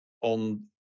on